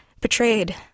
Betrayed